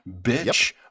bitch